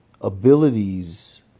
abilities